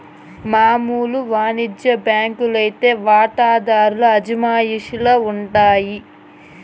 మామూలు వానిజ్య బాంకీ లైతే వాటాదార్ల అజమాయిషీల ఉండాయి